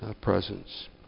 presence